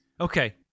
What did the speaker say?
Okay